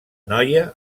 noia